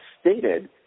stated